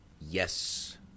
Yes